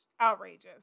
outrageous